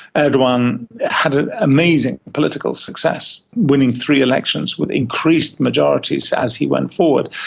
erdogan had ah amazing political success, winning three elections with increased majorities as he went forward.